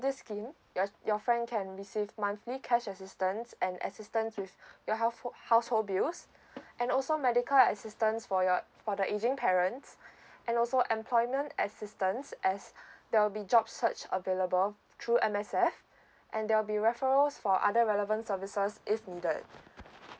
this scheme your your friend can receive monthly cash assistance and assistance with your house household bills and also medical assistance for your for the aging parents and also employment assistance as there'll be job search available through M_S_F and there'll be referrals for other relevant services if needed